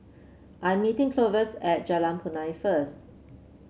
I am meeting Clovis at Jalan Punai first